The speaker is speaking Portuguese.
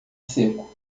seco